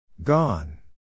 Gone